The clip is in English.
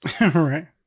Right